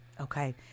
Okay